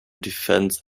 defense